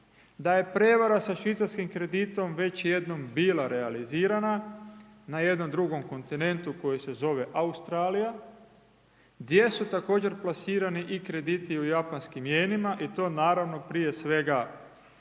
da je prevara sa švicarskim kreditom već jednom bila realizirana na jednom drugom kontinentu koji se zove Australija, gdje su također plasirani i krediti u japanskim jenima i to naravno prije svega,